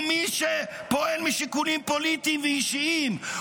הוא מי שפועל משיקולים פוליטיים ואישיים,